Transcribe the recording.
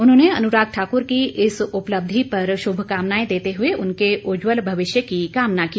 उन्होंने अनुराग ठाकुर की इस उपलब्धि पर शुभकामनाएं देते हुए उनके उज्जवल भविष्य की कामना की